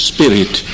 Spirit